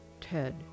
Ted